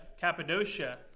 Cappadocia